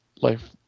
life